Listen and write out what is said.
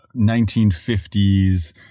1950s